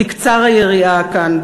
תקצר היריעה כאן,